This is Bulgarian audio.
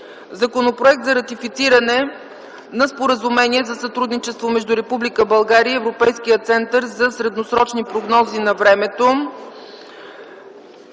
Законопроект за ратифициране на Споразумението за сътрудничество между Република България и Европейския център за средносрочни прогнози на времето.